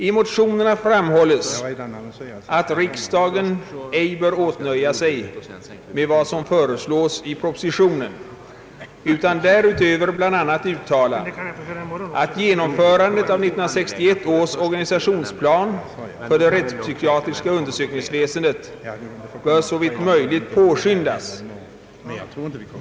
I motionerna framhålles att riksdagen ej bör åtnöja sig med vad som föreslås i propositionen utan därutöver bland annat uttala att genomförandet av 1961 års organisationsplan för det rättspsykiatriska undersökningsväsendet bör såvitt möjligt påskyndas.